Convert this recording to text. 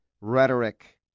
rhetoric